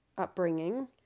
upbringing